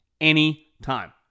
anytime